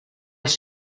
els